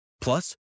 Plus